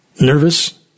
Nervous